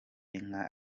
inka